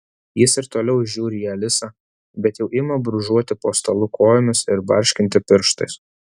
jis ir toliau žiūri į alisą bet jau ima brūžuoti po stalu kojomis ir barškinti pirštais